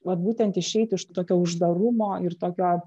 vat būtent išeit iš tokio uždarumo ir tokio